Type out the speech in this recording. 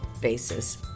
basis